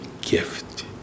gift